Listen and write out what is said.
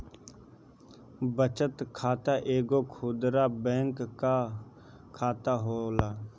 बचत खाता एगो खुदरा बैंक कअ खाता होला